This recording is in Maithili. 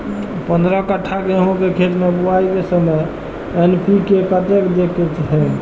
पंद्रह कट्ठा गेहूं के खेत मे बुआई के समय एन.पी.के कतेक दे के छे?